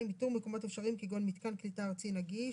איתור מקומות אפשריים כגון מתקן קליטה ארצי נגיש,